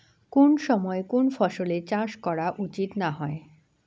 কুন সময়ে কুন ফসলের চাষ করা উচিৎ না হয়?